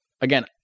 again